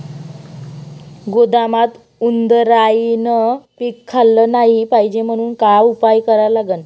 गोदामात उंदरायनं पीक खाल्लं नाही पायजे म्हनून का उपाय करा लागन?